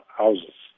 houses